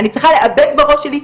אני צריכה לעבד בראש שלי.